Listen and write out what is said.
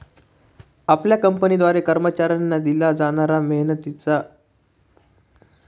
आपल्या कंपनीद्वारे कर्मचाऱ्यांना दिला जाणारा मेहनताना म्हणजे पे रोल होय